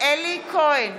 אלי כהן,